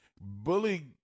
Bully